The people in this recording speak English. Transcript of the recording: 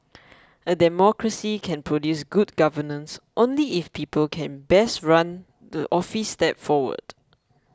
a democracy can produce good governance only if people can best run the office step forward